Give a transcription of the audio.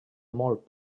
molt